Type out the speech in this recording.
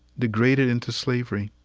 degraded into slavery.